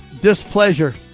displeasure